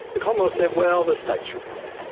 the commonwealth said, well, the state should fund.